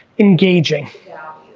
engaging. yeah